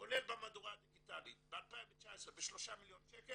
כולל במהדורה הדיגיטלית ב-2019 בשלושה מיליון שקל,